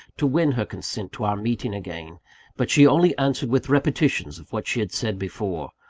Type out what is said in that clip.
to win her consent to our meeting again but she only answered with repetitions of what she had said before,